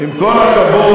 עם כל הכבוד,